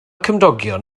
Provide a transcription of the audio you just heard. cymdogion